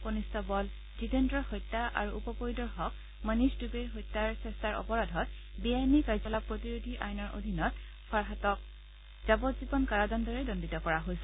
constable জিতেন্দ্ৰৰ হত্যা আৰু উপ পৰিদৰ্শক মণিষ ডূবেৰ হত্যাৰ চেষ্টাৰ অপৰাধত বে আইনী কাৰ্যকলাপ প্ৰতিৰোধী আইনৰ অধীনত ফাৰহাটতক যাৱজ্জীৱন কাৰাদণ্ডেৰে দণ্ডিত কৰা হৈছে